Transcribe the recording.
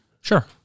Sure